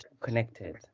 connected